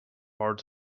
hard